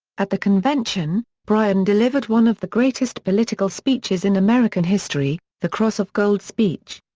at the convention, bryan delivered one of the greatest political speeches in american history, the cross of gold speech.